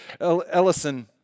Ellison